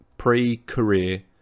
pre-career